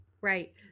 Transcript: Right